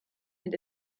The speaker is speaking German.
mit